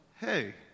hey